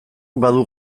badu